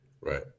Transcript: Right